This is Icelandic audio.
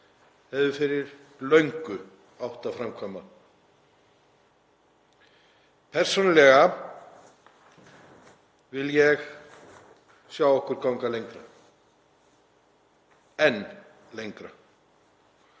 hefðu fyrir löngu átt að framkvæma. Persónulega vil ég sjá okkur ganga lengra, enn lengra.